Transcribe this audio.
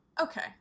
okay